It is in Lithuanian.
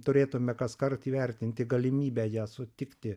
turėtume kaskart įvertinti galimybę ją sutikti